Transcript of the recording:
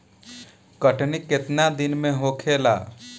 कटनी केतना दिन में होखेला?